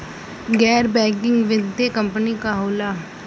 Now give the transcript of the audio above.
गैर बैकिंग वित्तीय कंपनी का होला?